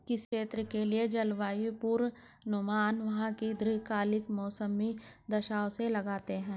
किसी क्षेत्र के लिए जलवायु पूर्वानुमान वहां की दीर्घकालिक मौसमी दशाओं से लगाते हैं